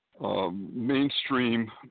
mainstream